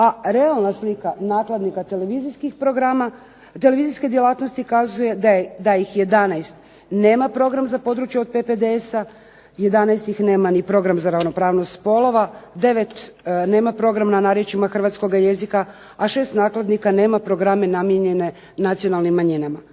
A realna slika nakladnika televizijske djelatnosti kazuje da ih 11 nema program za područje od PPDS-a, 11 ih nema ni program za ravnopravnost spolova, 9 nema program na narječjima hrvatskoga jezika, a 6 nakladnika nema programe namijenjene nacionalnim manjinama.